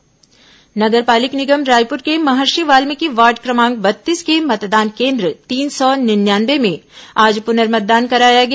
रायपुर पुनर्मतदान नगर पालिक निगम रायपुर के महर्षि वाल्मिकी वार्ड क्रमांक बत्तीस के मतदान केन्द्र तीन सौ निन्यानवे में आज पुनर्मतदान कराया गया